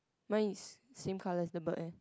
mine is same color as the bird eh